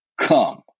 Come